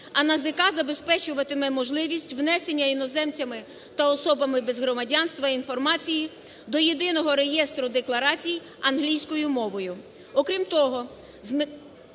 А НАЗК забезпечуватиме можливість внесення іноземцями та особами без громадянства інформації до єдиного реєстру декларацій англійською мовою.